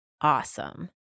Awesome